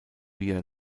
villa